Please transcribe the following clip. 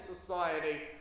Society